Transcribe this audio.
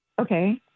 Okay